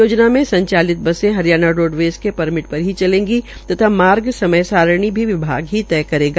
योजना मे संचालित बसे हरियाणा रोडवेज के परमिट पर ही चलेगी तथा मार्ग समय सारिणी भी विभाग ही तय करेगा